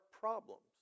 problems